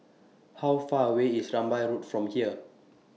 How Far away IS Rambai Road from here